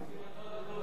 הקדימו להם.